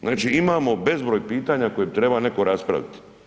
Znači imamo bezbroj pitanja koje bi treba netko raspravit.